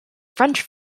french